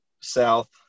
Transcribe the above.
south